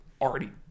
already